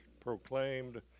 proclaimed